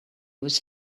was